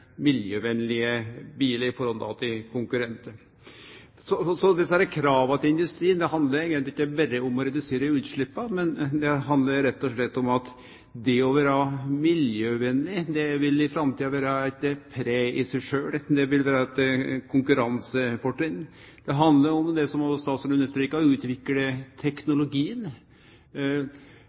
miljøvenlege bilar i forhold til konkurrentar. Så desse krava til industrien handlar eigentleg ikkje berre om å redusere utsleppa, men det handlar rett og slett om at det å vere miljøvenleg i framtida vil vere eit pre i seg sjølv. Det vil vere eit konkurransefortrinn. Det handlar òg om det som òg statsråden understreka: å utvikle teknologien. Det handlar om å utvikle produkta, men teknologien